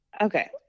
Okay